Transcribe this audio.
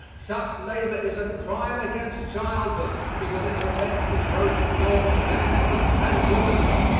such labor is a crime against childhood because it prevents the growth of normal manhood and womanhood.